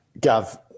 Gav